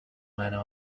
manner